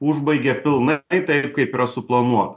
užbaigia pilnai taip kaip yra suplanuota